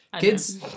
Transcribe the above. Kids